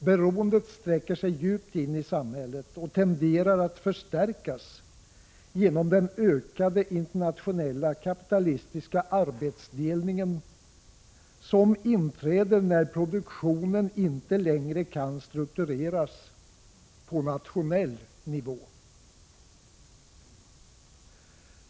Beroendet sträcker sig djupt in i samhället och tenderar att förstärkas genom den ökande internationella kapitalistiska arbetsdelningen som inträder när produktionen inte längre kan struktureras på nationell nivå.